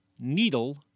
needle